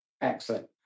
Excellent